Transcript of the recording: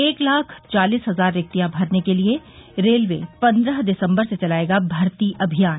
एक लाख चालीस हजार रिक्तियां भरने के लिए रेलवे पन्द्रह दिसम्बर से चलाएगा भर्ती अभियान